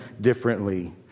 differently